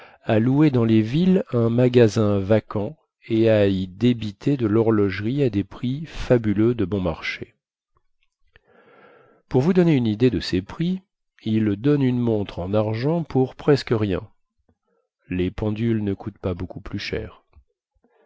à louer dans les villes un magasin vacant et à y débiter de lhorlogerie à des prix fabuleux de bon marché pour vous donner une idée de ses prix il donne une montre en argent pour presque rien les pendules ne coûtent pas beaucoup plus cher